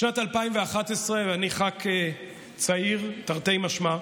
שנת 2011, אני ח"כ צעיר, תרתי משמע,